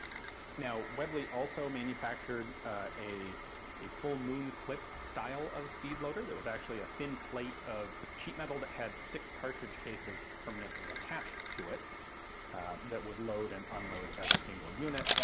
now now webley also manufactured a a full-moon clip style of speed loader. that was actually a thin plate of sheet metal that had six cartridge cases permanently attached to it that would load and unload as a single unit.